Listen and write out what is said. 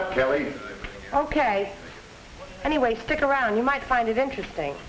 out kelly ok anyway stick around you might find it interesting